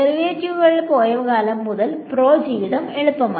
ഡെറിവേറ്റീവുകൾ പോയ കാലം മുതൽ പ്രോ ജീവിതം എളുപ്പമായി